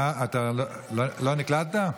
לא הספקתי.